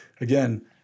again